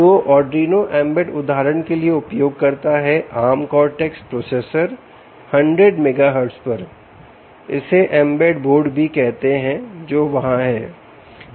तो arduino embed उदाहरण के लिए उपयोग करता है आर्म कॉर्टेक्स प्रोसेसर100 मेगाहर्ट्ज़ पर इसे एंबेड बोर्ड भी कहते हैं जो वहां हैं